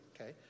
okay